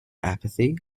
apathy